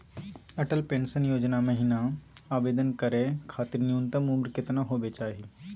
Atal pension Yojana महिना आवेदन करै खातिर न्युनतम उम्र केतना होवे चाही?